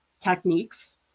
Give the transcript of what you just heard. techniques